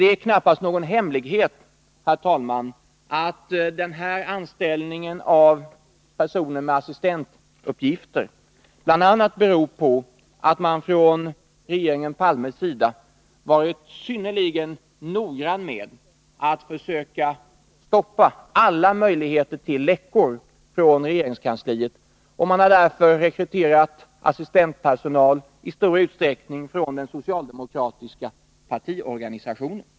Det är knappast någon hemlighet, herr talman, att anställningen av personer med assistentuppgifter bl.a. beror på att man från regeringen Palmes sida varit synnerligen aktiv med att försöka stoppa alla möjligheter tillläckor från regeringskansliet. Man har därför rekryterat assistentpersonal i stor utsträckning från den socialdemokratiska partiorganisationen.